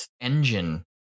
Engine